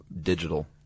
digital